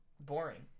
boring